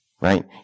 right